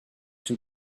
two